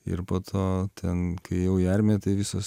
ir po to ten kai ėjau į armiją tai visos